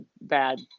bad